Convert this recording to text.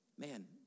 man